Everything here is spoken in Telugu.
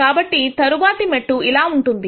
కాబట్టి తరవాతి మెట్టు ఇలా ఉంటుంది